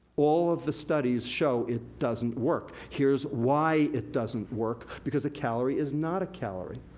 all of the studies show it doesn't work. here's why it doesn't work, because a calorie is not a calorie.